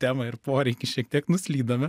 temą ir poreikį šiek tiek nuslydome